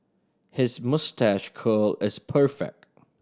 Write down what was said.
his moustache curl is perfect